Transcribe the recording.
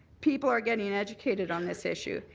people are getting and educated on this issue.